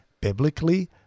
biblically